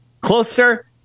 Closer